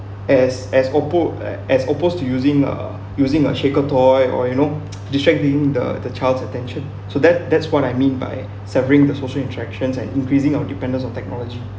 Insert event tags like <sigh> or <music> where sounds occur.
as as oppo~ a~ as opposed to using uh using a shaken toy or you know <noise> distracting the the child's attention so that that's what I mean by savoring the social interactions and increasing our dependence on technology